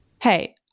hey